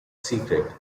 secret